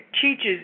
teaches